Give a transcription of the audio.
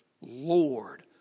Lord